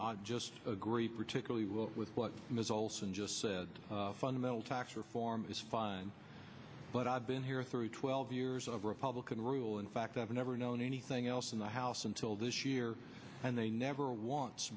i just agree particularly with what ms olson just said fundamental tax reform is fine but i've been here through twelve years of republican rule in fact i've never known anything else in the house until this year and they never once